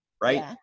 right